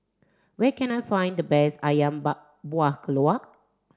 where can I find the best Ayam Buah Keluak